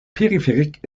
périphérique